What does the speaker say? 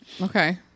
Okay